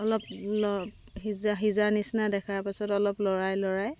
অলপ অলপ সিজা সিজা নিচিনা দেখাৰ পাছত অলপ লৰাই লৰাই